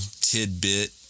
tidbit